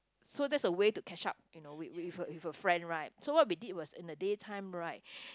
so that's a way to catch up you know with a with a friend right so what we did was in the day time right